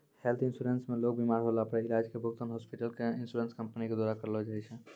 health insurance मे लोग बिमार होला पर इलाज के भुगतान हॉस्पिटल क इन्शुरन्स कम्पनी के द्वारा करलौ जाय छै